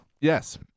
Yes